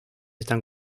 están